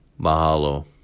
mahalo